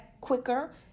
quicker